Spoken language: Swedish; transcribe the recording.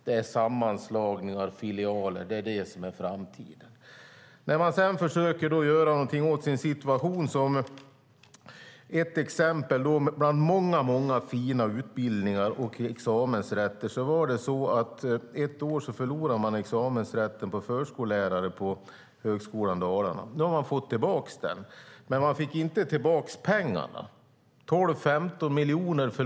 Det är sammanslagningar, filialer, som är framtiden. Man försöker förstås göra någonting åt sin situation. Som ett exempel bland många fina utbildningar och examensrätter var det så att man ett år förlorade examensrätten för förskollärare på Högskolan Dalarna. Nu har man fått tillbaka examensrätten, men man har inte fått tillbaka pengarna. Man förlorade 12-15 miljoner.